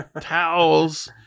towels